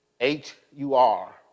H-U-R